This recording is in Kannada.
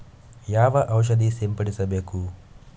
ಯಾವ ಔಷಧ ಸಿಂಪಡಿಸಬೇಕು?